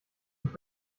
mich